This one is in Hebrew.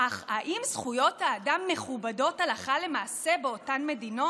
אך האם זכויות האדם מכובדות הלכה למעשה באותן מדינות?